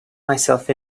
myself